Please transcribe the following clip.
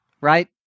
Right